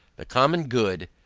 the common good,